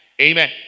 Amen